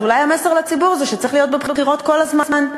אז אולי המסר לציבור הוא שצריך להיות בבחירות כל הזמן,